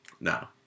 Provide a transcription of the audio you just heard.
No